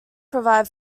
provide